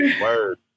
Word